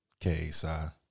KSI